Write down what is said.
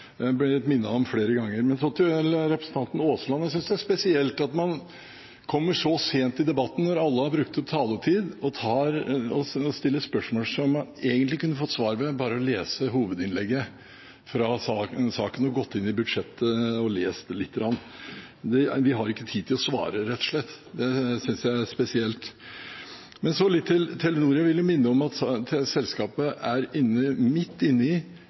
om flere ganger. Men så til representanten Aasland: Jeg synes det er spesielt at man kommer så sent i debatten, når alle har brukt opp taletida, og stiller spørsmål som man egentlig kunne fått svar på ved bare å lese hovedinnlegget fra saken og gått inn i budsjettet og lest lite grann. Vi har ikke tid til å svare, rett og slett. Jeg synes det er spesielt. Så litt om Telenor: Jeg vil minne om at selskapet er midt inne